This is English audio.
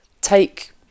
take